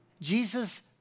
Jesus